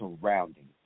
surroundings